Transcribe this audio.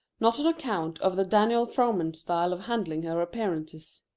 not on account of the daniel frohman style of handling her appearances.